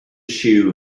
shoe